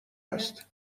است